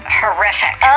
horrific